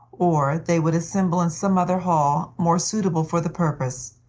or they would assemble in some other hall more suitable for the purpose,